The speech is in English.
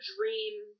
dream